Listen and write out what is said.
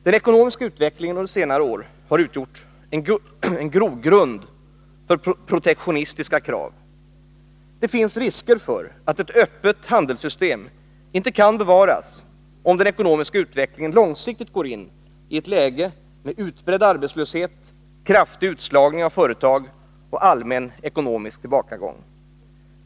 Den ekonomiska utvecklingen under senare år har utgjort en grogrund för protektionistiska krav. Det finns risker för att ett öppet handelssystem inte kan bevaras om den ekonomiska utvecklingen långsiktigt går in i ett läge med utbredd arbetslöshet, kraftig utslagning av företag och allmän ekonomisk tillbakagång.